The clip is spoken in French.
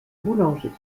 boulanger